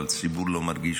אבל הציבור לא מרגיש